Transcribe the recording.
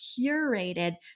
curated